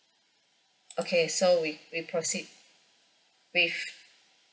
okay so we we proceed with